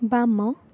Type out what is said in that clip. ବାମ